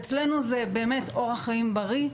אצלנו זה אורח חיים בריא,